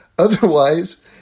Otherwise